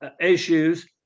issues